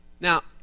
Now